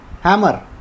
hammer